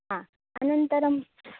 हा अनन्तरम्